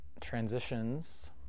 Transitions